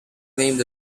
named